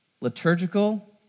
liturgical